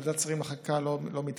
ועדת שרים לחקיקה לא מתכנסת.